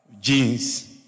Jeans